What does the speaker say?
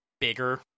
bigger